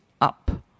up